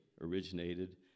originated